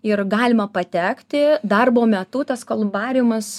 ir galima patekti darbo metu tas kolumbariumas